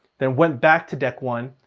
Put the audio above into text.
then went back to deck one,